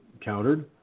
countered